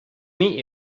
meet